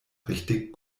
richtig